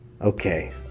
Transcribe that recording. Okay